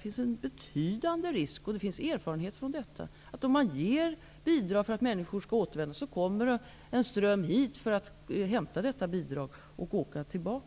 finns en betydande risk -- och det finns erfarenheter som visar detta -- för att om man ger s.k. engångsbidrag för att människor skall återvända, kommer det en ström av människor hit för att hämta detta bidrag och sedan åka tillbaka.